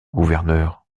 gouverneur